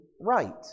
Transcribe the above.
right